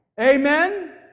Amen